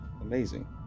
amazing